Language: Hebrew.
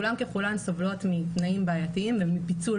כולן ככולן סובלות מתנאים בעייתיים ומפיצול